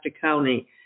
County